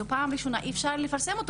זאת הפעם הראשונה אי אפשר היה לפרסם אותו